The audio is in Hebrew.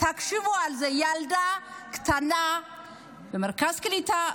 תחשבו על זה: ילדה קטנה במרכז קליטה,